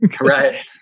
Right